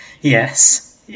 Yes